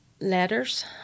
letters